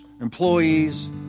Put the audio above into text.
employees